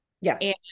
Yes